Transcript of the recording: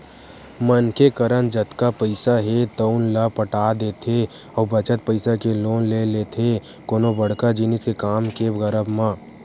मनखे करन जतका पइसा हे तउन ल पटा देथे अउ बचत पइसा के लोन ले लेथे कोनो बड़का जिनिस के काम के करब म